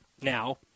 now